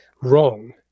wrong